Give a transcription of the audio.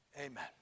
Amen